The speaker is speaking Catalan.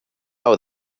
pau